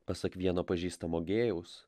pasak vieno pažįstamo gėjaus